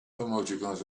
emoticons